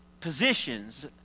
positions